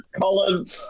Colin